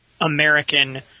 American